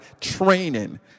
training